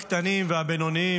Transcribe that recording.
הקטנים והבינוניים,